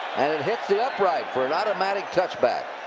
and it hits the upright for an automatic touchback.